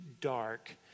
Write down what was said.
dark